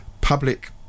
public